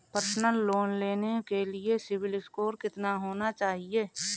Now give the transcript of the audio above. Personal loan लेने के लिए सिबिल स्कोर कितना होना चाहिए?